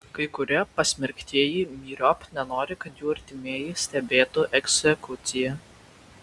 kai kurie pasmerktieji myriop nenori kad jų artimieji stebėtų egzekuciją